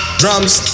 drums